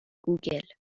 گوگل